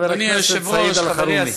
חבר הכנסת סעיד אלחרומי.